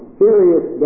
serious